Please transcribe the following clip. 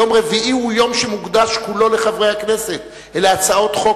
יום רביעי הוא יום שמוקדש כולו לחברי הכנסת ולהצעות חוק